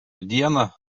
dieną